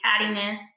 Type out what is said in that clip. cattiness